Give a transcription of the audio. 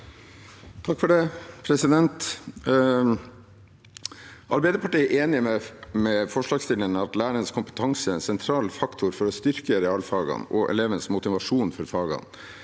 Myrvoll (A) Arbeiderpartiet er enig med forslagsstillerne i at lærernes kompetanse er en sentral faktor for å styrke realfagene og elevenes motivasjon for fagene.